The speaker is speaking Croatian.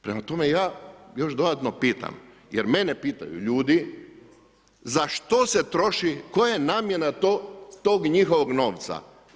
Prema tome, ja još dodatno pitam, jer mene pitaju ljudi, za što se troši, koja je namjena tog njihovog novca?